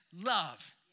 Love